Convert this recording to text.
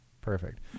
perfect